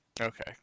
Okay